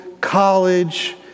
college